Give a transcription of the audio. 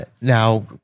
Now